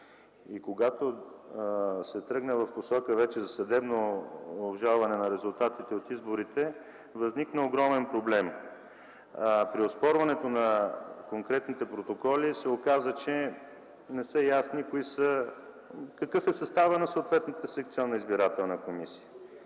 когато се тръгна в посока вече за съдебно обжалване на резултатите от изборите, възникна огромен проблем – при оспорването на конкретните протоколи се оказа, че не е ясно какъв е съставът на съответната секционна избирателна комисия.